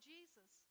Jesus